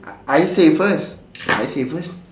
I I say first I say first